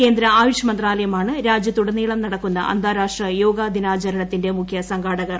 കേന്ദ്ര ആയുഷ് മന്ത്രാലയമാണ് രാജ്യത്തുടനീളം നടക്കുന്ന അന്താരാഷ്ട്ര യോഗദിനാചരണത്തിന്റെ മുഖ്യ സംഘാടകർ